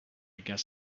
guess